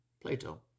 plato